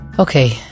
Okay